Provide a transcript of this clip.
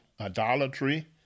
idolatry